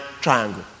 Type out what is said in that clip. triangle